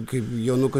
kaip jonukas